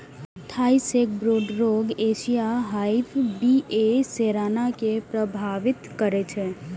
Thai sacbrood रोग Asian hive बी.ए सेराना कें प्रभावित करै छै